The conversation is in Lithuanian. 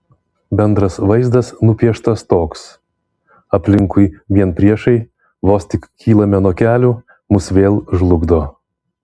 bendras vaizdas nupieštas toks aplinkui vien priešai vos tik kylame nuo kelių mus vėl žlugdo